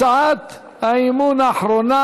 הצעת האי-אמון האחרונה: